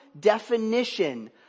definition